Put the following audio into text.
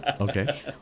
okay